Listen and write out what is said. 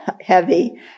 heavy